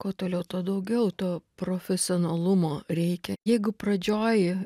kuo toliau tuo daugiau to profesionalumo reikia jeigu pradžioj